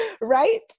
right